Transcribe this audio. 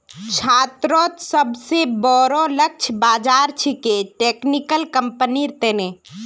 छात्रोंत सोबसे बोरो लक्ष्य बाज़ार छिके टेक्निकल कंपनिर तने